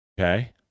Okay